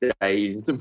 days